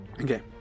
Okay